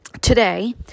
today